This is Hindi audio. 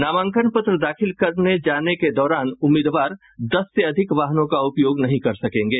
नामांकन पत्र दाखिल करने जाने के दौरान उम्मीदवार दस से अधिक वाहनों का उपयोग नहीं कर सकेंगे